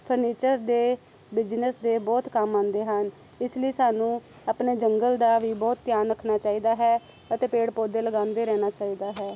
furniture ਦੇ business ਦੇ ਬਹੁਤ ਕੰਮ ਆਉਂਦੇ ਹਨ ਇਸ ਲਈ ਸਾਨੂੰ ਆਪਣੇ ਜੰਗਲ ਦਾ ਵੀ ਬਹੁਤ ਧਿਆਨ ਰੱਖਣਾ ਚਾਹੀਦਾ ਹੈ ਅਤੇ ਪੇੜ ਪੌਦੇ ਲਗਾਉਂਦੇ ਰਹਿਣਾ ਚਾਹੀਦਾ ਹੈ